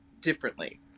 differently